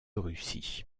russie